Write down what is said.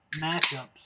matchups